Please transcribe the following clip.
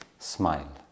Smile